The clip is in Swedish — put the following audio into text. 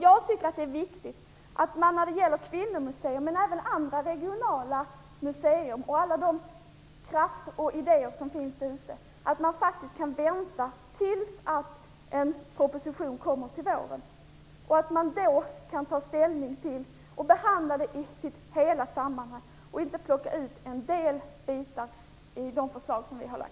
Jag tycker att det är viktigt att man avvaktar propositionen i vår såväl när det gäller ett kvinnomuseum som när det gäller andra, regionala museer och alla de andra idéer som finns ute i det svenska kulturlivet. Då kan man ta ställning till helheten och behandla alla frågorna i ett sammanhang i stället för att plocka ut en del bitar i förväg.